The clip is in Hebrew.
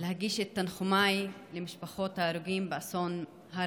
להגיש את תנחומיי למשפחות ההרוגים באסון הר